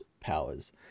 powers